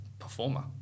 performer